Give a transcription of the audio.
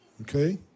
Okay